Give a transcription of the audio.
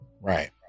Right